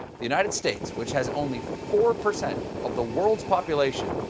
the united states, which has only four percent of the world's population,